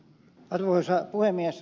arvoisa puhemies